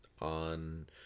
on